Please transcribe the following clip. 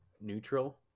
neutral